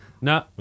No